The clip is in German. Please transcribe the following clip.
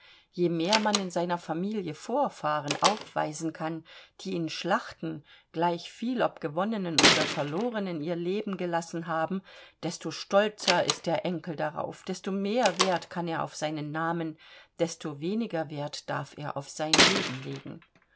je mehr man in seiner familie vorfahren aufweisen kann die in schlachten gleichviel ob gewonnenen oder verlorenen ihr leben gelassen haben desto stolzer ist der enkel darauf desto mehr wert kann er auf seinen namen desto weniger wert darf er auf sein leben legen